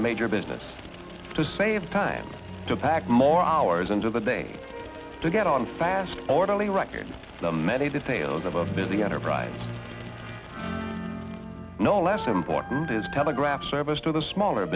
a major business to save time to pack more hours into the day to get on fast orderly record the many details of a busy enterprise no less important is telegraph service to the smaller